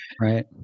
Right